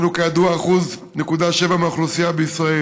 כידוע, אנחנו 1.7% מהאוכלוסייה בישראל.